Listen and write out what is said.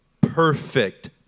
perfect